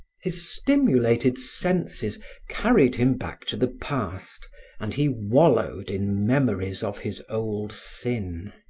his stimulated senses carried him back to the past and he wallowed in memories of his old sin.